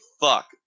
fuck